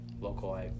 local